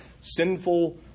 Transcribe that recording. sinful